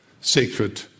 sacred